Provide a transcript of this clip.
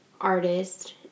artist